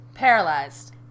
Paralyzed